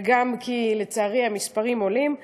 וגם כי לצערי המספרים עולים.